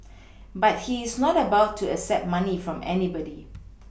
but he is not about to accept money from anybody